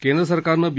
केंद्र सरकारनं बी